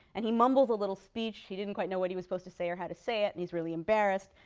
and he mumbles a little speech. he didn't quite know what he was supposed to say or how to say it, and he's really embarrassed,